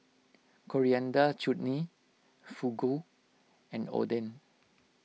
Coriander Chutney Fugu and Oden